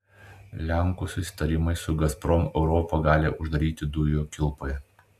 lenkų susitarimai su gazprom europą gali uždaryti dujų kilpoje